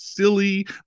Silly